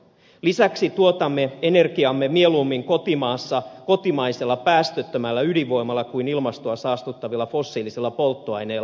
lisäksi tuotamme energiamme mieluummin kotimaassa kotimaisella päästöttömällä ydinvoimalla kuin ilmastoa saastuttavilla fossiilisilla polttoaineilla